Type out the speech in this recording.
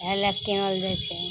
इएह लैके किनल जाए छै